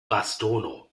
bastono